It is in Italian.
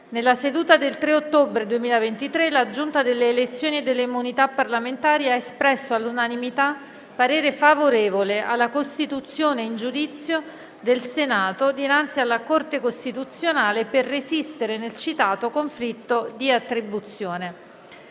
Nella seduta del 3 ottobre 2023 la Giunta delle elezioni e delle immunità parlamentari ha espresso all'unanimità parere favorevole alla costituzione in giudizio del Senato dinanzi alla Corte Costituzionale per resistere nel citato conflitto di attribuzione.